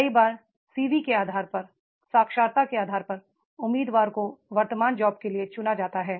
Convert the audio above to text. कई बार सीवी के आधार पर साक्षात्कार के आधार पर उम्मीदवार को वर्तमान जॉब के लिए चुना जाता है